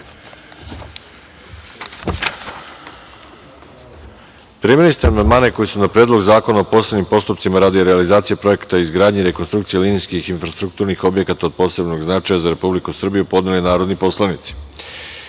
ste amandmane koje su na Predlog zakona o posebnim postupcima radi realizacije projekata izgradnje i rekonstrukcije linijskih infrastrukturnih objekata od posebnog značaja za Republiku Srbiju, podneli narodni poslanici. Primili